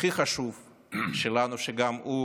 הכי חשוב שלנו, שגם הוא